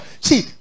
See